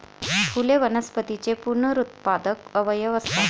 फुले वनस्पतींचे पुनरुत्पादक अवयव असतात